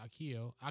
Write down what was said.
Akio